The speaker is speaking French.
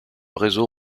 réseau